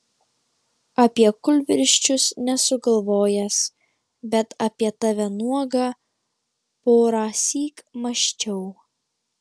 apie kūlvirsčius nesu galvojęs bet apie tave nuogą porąsyk mąsčiau